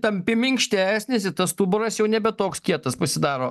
tampi minkštesnis ir tas stuburas jau nebe toks kietas pasidaro